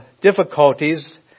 difficulties